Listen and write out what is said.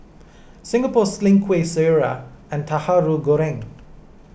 Singapore Sling Kueh Syara and Tahu Goreng